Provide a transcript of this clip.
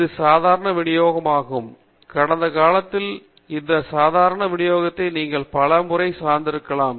இது சாதாரண விநியோகமாகும் கடந்த காலத்தில் இந்த சாதாரண விநியோகத்தை நீங்கள் பல முறை சந்தித்திருக்கலாம்